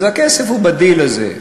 אז הכסף הוא בדיל הזה.